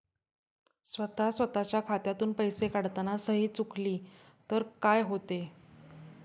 स्वतः स्वतःच्या खात्यातून पैसे काढताना सही चुकली तर काय होते?